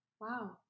Wow